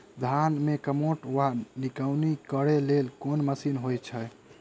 धान मे कमोट वा निकौनी करै लेल केँ मशीन होइ छै?